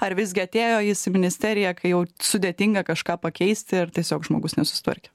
ar visgi atėjo jis į ministeriją kai jau sudėtinga kažką pakeisti ir tiesiog žmogus nesusitvarkė